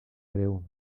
greu